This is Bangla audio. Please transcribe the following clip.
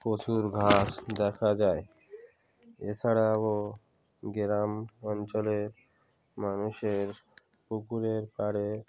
প্রচুর ঘাস দেখা যায় এছাড়াও গ্রাম অঞ্চলে মানুষের পুকুরের পাড়ে